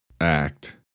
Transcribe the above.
act